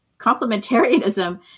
complementarianism